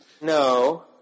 No